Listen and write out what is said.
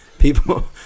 People